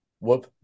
Whoop